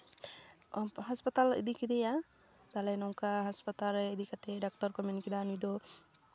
ᱦᱟᱸᱥᱯᱟᱛᱟᱞ ᱤᱫᱤ ᱠᱮᱫᱮᱭᱟ ᱛᱟᱦᱚᱞᱮ ᱱᱚᱝᱠᱟ ᱦᱟᱸᱥᱯᱟᱛᱟᱞ ᱨᱮ ᱤᱫᱤ ᱠᱟᱛᱮᱫ ᱰᱟᱠᱴᱚᱨ ᱠᱚ ᱢᱮᱱ ᱠᱮᱫᱟ ᱱᱩᱭᱫᱚ